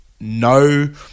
no